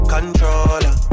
Controller